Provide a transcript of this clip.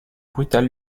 brutal